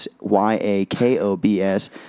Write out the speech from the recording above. y-a-k-o-b-s